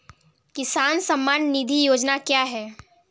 किसान सम्मान निधि योजना क्या है?